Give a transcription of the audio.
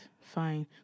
fine